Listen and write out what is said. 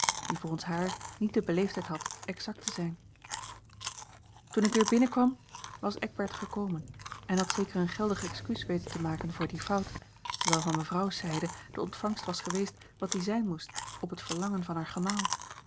die volgens haar niet de beleefdheid had exact te zijn toen ik weer binnenkwam was eckbert gekomen en had zeker een geldig excuus weten te maken voor die fout terwijl van mevrouws zijde de ontvangst was geweest wat die zijn moest op het verlangen van haar